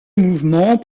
mouvement